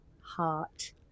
heart